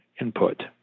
input